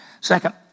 Second